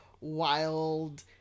wild